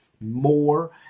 more